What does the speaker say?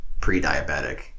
pre-diabetic